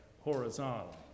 horizontal